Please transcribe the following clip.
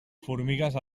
formigues